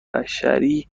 بشری